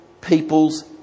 people's